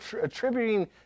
attributing